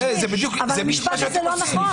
זה משפט שהוא לא נכון.